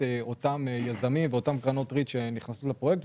אותם יזמים ואותן קרנות ריט שנכנסים לפרויקט.